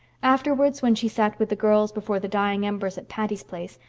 afterwards, when she sat with the girls before the dying embers at patty's place,